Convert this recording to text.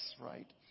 right